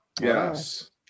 Yes